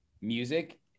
music